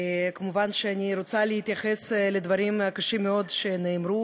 מובן שאני רוצה להתייחס לדברים הקשים-מאוד שנאמרו